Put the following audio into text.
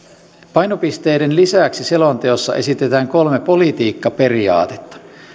painopisteiden lisäksi selonteossa esitetään kolme politiikkaperiaatetta